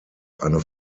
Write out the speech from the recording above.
eine